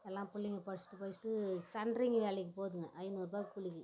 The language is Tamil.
எல்லாம் பிள்ளைங்க படிச்சுட்டு படிச்சுட்டு சென்ட்ரிங்கு வேலைக்கு போதுங்க ஐநூறு ரூபா கூலிக்கு